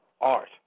art